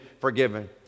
forgiven